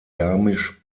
garmisch